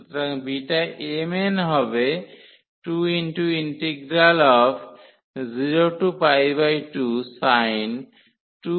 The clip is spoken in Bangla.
সুতরাং Bmn হবে 202sin2n 1 dθ